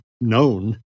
known